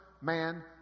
man